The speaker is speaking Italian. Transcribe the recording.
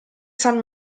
san